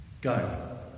Go